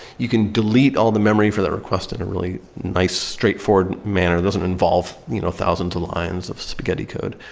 you can delete all the memory for that request in a really nice straightforward manner that doesn't involve you know thousands of lines of spaghetti code.